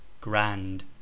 Grand